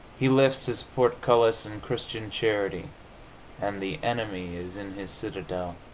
he lifts his portcullis in christian charity and the enemy is in his citadel.